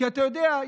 אתה יודע,